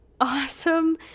awesome